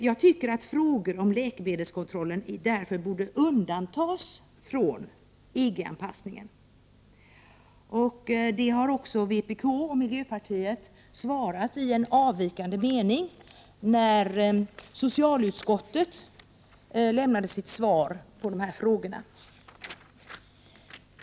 Jag tycker att frågan om läkemedels kontrollen borde undantas från EG-anpassningen. Detta har vpk och Prot. 1988/89:122 miljöpartiet yrkat i en avvikande mening när socialutskottet lämnade sitt 26 maj 1989 utlåtande i dessa frågor.